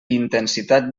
intensitat